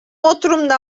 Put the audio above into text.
отурумда